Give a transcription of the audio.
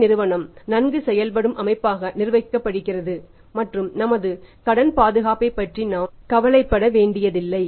இந்த நிறுவனம் நன்கு செயல்படும் அமைப்பாக நிர்வகிக்கப்படுகிறது மற்றும் நமது கடன் பாதுகாப்பைப் பற்றி நாம் வேண்டியதில்லை